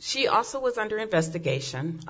she also was under investigation